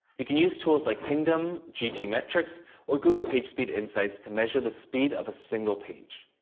you can use tools like pingdom, gtmetrix or google pagespeed insights, to measure the speed of a single page.